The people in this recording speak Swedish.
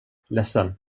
ledsen